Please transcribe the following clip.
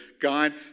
God